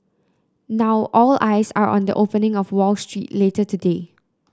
now all eyes are on the opening on Wall Street later today